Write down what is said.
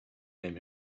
came